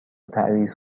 تعویض